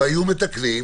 היו מתקנים,